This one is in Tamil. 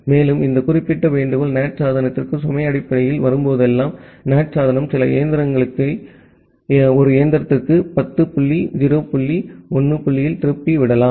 மேலும் இந்த குறிப்பிட்ட வேண்டுகோள் NAT சாதனத்திற்கு சுமை அடிப்படையில் வரும் போதெல்லாம் NAT சாதனம் சில இயந்திரங்களை ஒரு இயந்திரத்திற்கு 10 புள்ளி 0 புள்ளி 1 புள்ளியில் திருப்பி விடலாம்